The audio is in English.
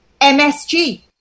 MSG